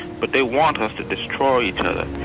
but they want us to destroy each other.